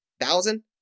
thousand